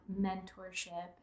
mentorship